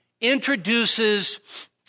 introduces